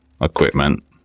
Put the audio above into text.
equipment